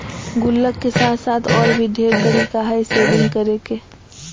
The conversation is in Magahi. गुल्लक के साथ साथ और भी ढेर तरीका हइ सेविंग्स करे के